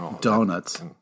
Donuts